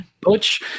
Butch